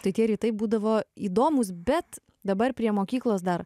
tai tie rytai būdavo įdomūs bet dabar prie mokyklos dar